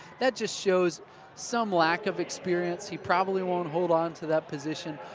that just shows some lack of experience, he probably won't hold on to that position.